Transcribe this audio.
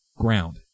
ground